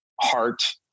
heart